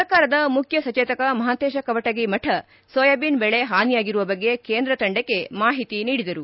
ಸರ್ಕಾರದ ಮುಖ್ಯ ಸಚೇತಕ ಮಹಂತೇಶ ಕವಟಗಿ ಮಠ ಸೋಯಾಬೀನ್ ಬೆಳೆ ಹಾನಿಯಾಗಿರುವ ಬಗ್ಗೆ ಕೇಂದ್ರ ತಂಡಕ್ಕೆ ಮಾಹಿತಿ ನೀಡಿದರು